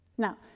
Now